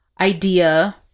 idea